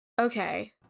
okay